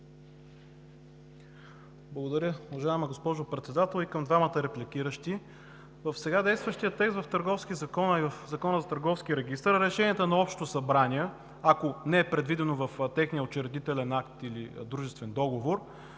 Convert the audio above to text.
Благодаря, уважаема госпожо Председател. И към двамата репликиращи. В сега действащия текст в Търговския закон, а и в Закона за търговския регистър, решенията на общите събрания, ако не е предвидено в техния учредителен акт или дружествен договор,